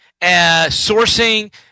sourcing